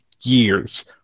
years